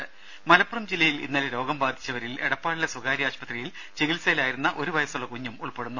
രേര മലപ്പുറം ജില്ലയിൽ ഇന്നലെ രോഗം ബാധിച്ചവരിൽ എടപ്പാളിലെ സ്വകാര്യ ആശുപത്രിയിൽ ചികിത്സയിലായിരുന്ന ഒരു വയസുള്ള കുഞ്ഞും ഉൾപ്പെടുന്നു